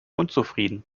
unzufrieden